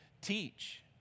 teach